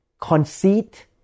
conceit